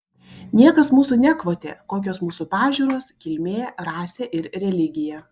niekas mūsų nekvotė kokios mūsų pažiūros kilmė rasė ir religija